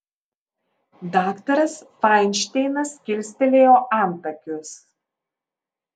daktaras fainšteinas kilstelėjo antakius